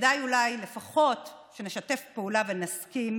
שכדאי שאולי לפחות נשתף פעולה ונסכים